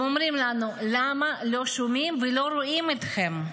הם אומרים לנו: למה לא שומעים ולא רואים אתכם?